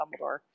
Dumbledore